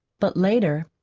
but later,